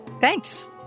Thanks